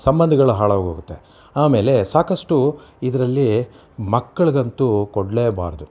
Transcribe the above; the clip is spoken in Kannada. ಸಂಬಂಧಗಳು ಹಾಳಾಗೋಗುತ್ತೆ ಆಮೇಲೆ ಸಾಕಷ್ಟು ಇದರಲ್ಲಿ ಮಕ್ಕಳಿಗಂತೂ ಕೊಡ್ಲೇಬಾರ್ದು